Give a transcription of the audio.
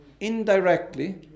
indirectly